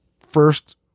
First